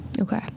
okay